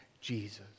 Jesus